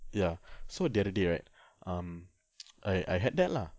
ya so the other day right um I I had that lah